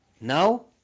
Now